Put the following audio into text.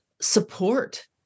support